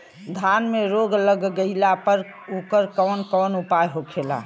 धान में रोग लग गईला पर उकर कवन कवन उपाय होखेला?